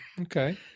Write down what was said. Okay